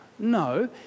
No